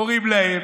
קוראים להם,